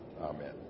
Amen